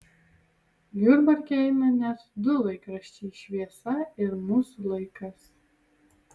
jurbarke eina net du laikraščiai šviesa ir mūsų laikas